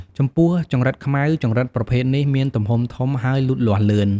ចំពោះចង្រិតខ្មៅ ចង្រិតប្រភេទនេះមានទំហំធំ ហើយលូតលាស់លឿន។